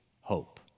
hope